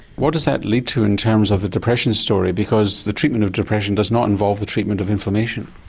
what does that lead to in terms of the depression story because the treatment of depression does not involve the treatment of inflammation?